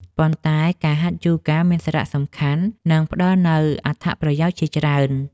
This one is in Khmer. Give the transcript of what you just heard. ប៉ុន្តែការហាត់យូហ្គា មានសារៈសំខាន់ និងផ្ដល់នូវអត្ថប្រយោជន៍ជាច្រើន។